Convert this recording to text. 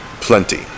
plenty